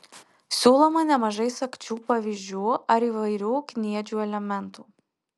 siūloma nemažai sagčių pavyzdžių ar įvairių kniedžių elementų